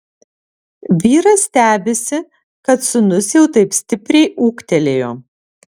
vyras stebisi kad sūnus jau taip stipriai ūgtelėjo